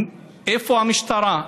איפה המשטרה?